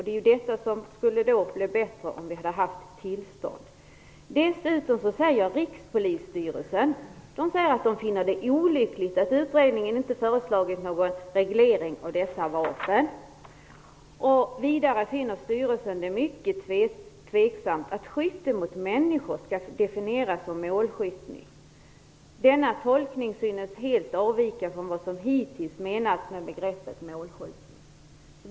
Det är detta som skulle bli bättre om vi hade haft ett system med tillstånd. Dessutom säger Rikspolisstyrelsen att man finner det olyckligt att utredningen inte föreslagit någon reglering av dessa vapen. Vidare finner styrelsen det mycket tveksamt att skytte mot människor skall definieras som målskytte. Denna tolkning synes helt avvika från vad som hittills menats med begreppet målskjutning.